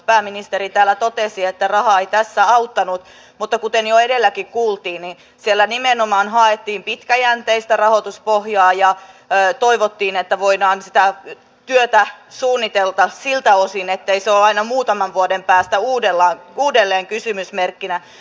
pääministeri täällä totesi että raha ei tässä auttanut mutta kuten jo edelläkin kuultiin siellä nimenomaan haettiin pitkäjänteistä rahoituspohjaa ja toivottiin että voidaan sitä työtä suunnitella siltä osin ettei se ole aina muutaman vuoden päästä uudelleen kysymysmerkkinä